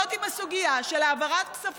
ההתנהלות לאורך